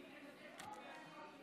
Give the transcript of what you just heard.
נתתי לך אפשרות להגיד את עמדתך,